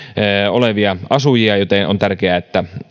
olevia asujia joten on tärkeää että